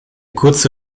kurze